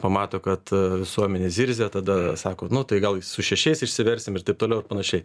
pamato kad visuomenė zirzia tada sako nu tai gal su šešiais išsiversim ir taip toliau ir panašiai